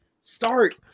start –